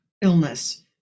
illness